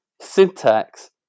syntax